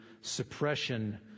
suppression